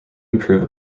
improve